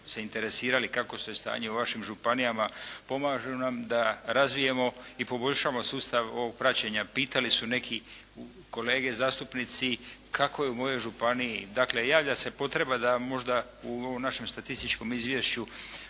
se interesirali kakvo je stanje u vašim županijama, pomažu nam da razvijemo i poboljšamo sustav ovog praćenja. Pitali su neki kolege zastupnici kako je u mojoj županiji, dakle javlja se potreba da možda u ovom našem statističkom izvješću